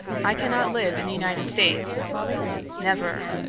i cannot live in the united states never.